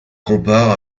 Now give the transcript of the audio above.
compare